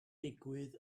digwydd